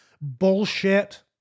bullshit